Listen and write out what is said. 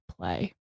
play